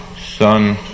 Son